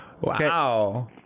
wow